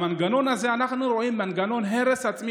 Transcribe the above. במנגנון הזה אנחנו רואים מנגנון הרס עצמי